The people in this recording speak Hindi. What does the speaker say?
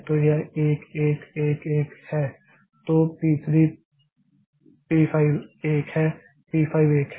तो यह 1111 है तो P 3 P 5 1 है यह P 5 1 है